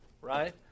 right